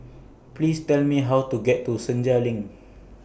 Please Tell Me How to get to Senja LINK